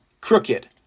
Crooked